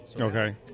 okay